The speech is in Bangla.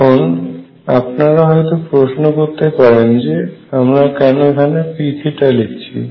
এখন আপনারা হয়তো প্রশ্ন করতে পারেন যে কোনো আমি এখনে P লিখেছি